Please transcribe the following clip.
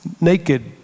Naked